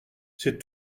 c’est